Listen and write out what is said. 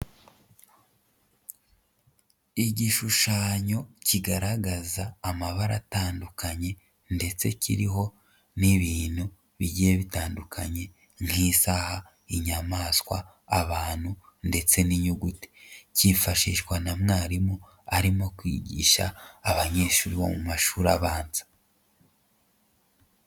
Igishushanyo kigaragaza amabara atandukanye ndetse kiriho n'ibintu bigiye bitandukanye nk'isaha, inyamaswa, abantu ndetse n'inyuguti, kifashishwa na mwarimu arimo kwigisha abanyeshuri bo mu mashuri abanza.